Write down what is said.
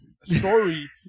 story